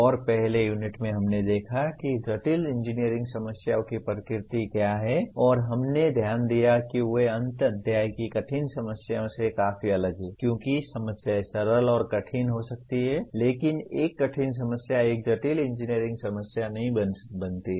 और पहले यूनिट में हमने देखा कि जटिल इंजीनियरिंग समस्याओं की प्रकृति क्या है और हमने ध्यान दिया कि वे अंत अध्याय की कठिन समस्याओं से काफी अलग हैं क्योंकि समस्याएं सरल और कठिन हो सकती हैं लेकिन एक कठिन समस्या एक जटिल इंजीनियरिंग समस्या नहीं बनती है